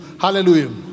Hallelujah